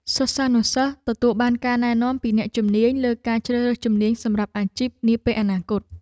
សិស្សានុសិស្សទទួលបានការណែនាំពីអ្នកជំនាញលើការជ្រើសរើសជំនាញសម្រាប់អាជីពនាពេលអនាគត។